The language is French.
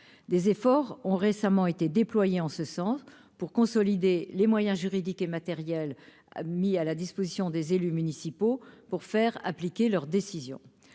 des efforts ont récemment été déployés en ce sens pour consolider les moyens juridiques et matériels mis à la disposition des élus municipaux pour faire appliquer leurs décisions,